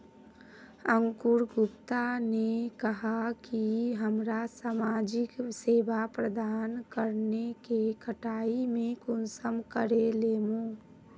अंकूर गुप्ता ने कहाँ की हमरा समाजिक सेवा प्रदान करने के कटाई में कुंसम करे लेमु?